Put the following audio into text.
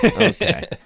Okay